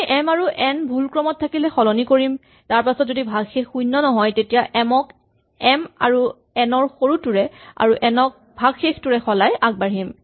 আমি এম আৰু এন ভুল ক্ৰমত থাকিলে সালসলনি কৰিম তাৰপাছত যদি ভাগশেষ শূণ্য নহয় তেতিয়া এম ক এম আৰু এন ৰ সৰুটোৰে আৰু এন ক ভাগশেষটোৰে সলাই আগবাঢ়িম